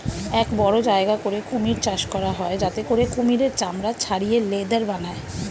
এক বড় জায়গা করে কুমির চাষ করা হয় যাতে করে কুমিরের চামড়া ছাড়িয়ে লেদার বানায়